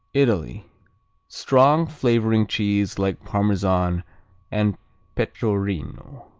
italy strong flavoring cheese like parmesan and pecorino.